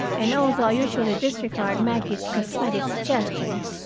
and although i usually disregard maggie's cosmetic suggestions,